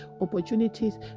opportunities